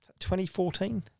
2014